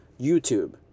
YouTube